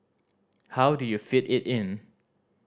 how do you fit it in